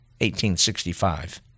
1865